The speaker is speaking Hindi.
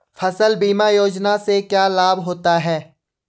फसल बीमा योजना से क्या लाभ होता है?